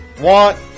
want